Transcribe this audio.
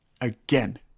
Again